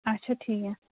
اَچھا ٹھیٖک